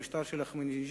המשטר של אחמדינג'אד,